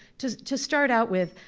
to to start out with,